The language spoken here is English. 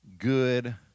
good